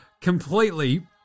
completely